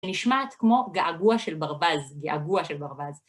נשמעת כמו געגוע של ברווז, געגוע של ברווז.